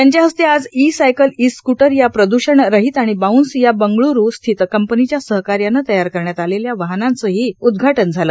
त्यांच्या हस्ते आज ई सायकल ई स्क्टर या प्रद्रषणरहित आणि बाऊंस या बंगळ्रू स्थित कंपनीच्या सहकार्यानं तयार करण्यात आलेल्या वाहनाचं ही उद्घाटन झालं